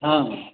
ହଁ